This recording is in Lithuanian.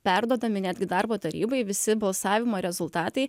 perduodami netgi darbo tarybai visi balsavimo rezultatai